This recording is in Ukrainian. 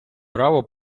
право